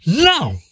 Now